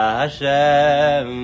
Hashem